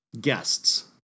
guests